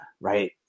right